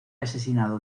asesinado